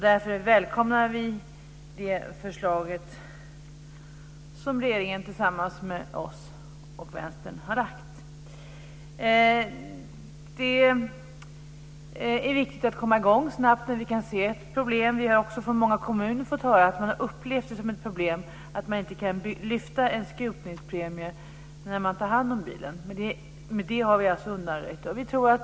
Därför välkomnar vi förslaget som regeringen har lagt fram tillsammans med oss och vänstern. Det är viktigt att komma i gång snabbt när man kan se problem. Vi har också fått höra från många kommuner att man har upplevt det som ett problem att det inte går att lyfta en skrotningspremie när man tar hand om bilen. Det har vi undanröjt.